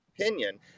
opinion